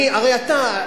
הרי אתה,